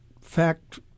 fact